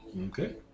Okay